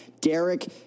Derek